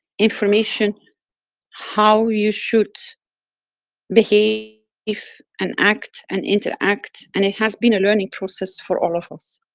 information how you should behave, if and act and interact, and it has been a learning process for all of us.